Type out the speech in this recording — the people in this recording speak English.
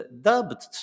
dubbed